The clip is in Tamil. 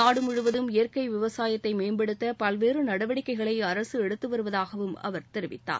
நாடு முழுவதும் இயற்கை விவசாயத்தை மேம்படுத்த பல்வேறு நடவடிக்கைகளை அரசு எடுத்துவருவதாகவும் அவர் தெரிவித்தார்